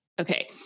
Okay